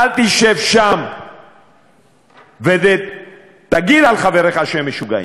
אל תשב שם ותגיד על חבריך שהם משוגעים.